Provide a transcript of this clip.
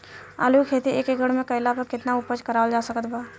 आलू के खेती एक एकड़ मे कैला पर केतना उपज कराल जा सकत बा?